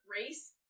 race